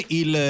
il